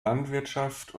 landwirtschaft